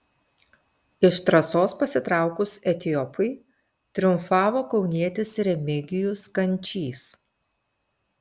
iš trasos pasitraukus etiopui triumfavo kaunietis remigijus kančys